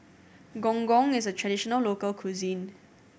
Gong Gong is a traditional local cuisine